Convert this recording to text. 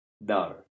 No